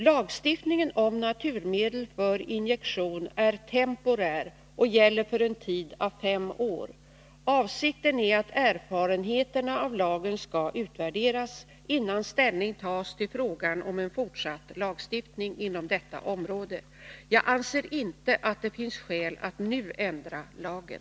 Lagstiftningen om naturmedel för injektion är temporär och gäller för en tid av fem år. Avsikten är att erfarenheterna av lagen skall utvärderas, innan ställning tas till frågan om en fortsatt lagstiftning inom detta område. Jag anser inte att det finns skäl att nu ändra lagen.